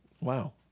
wow